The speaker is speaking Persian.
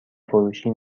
فروشی